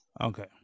Okay